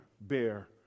bear